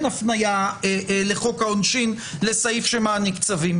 הפניה לחוק העונשין לסעיף שמעניק צווים,